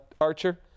Archer